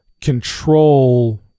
control